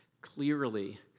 clearly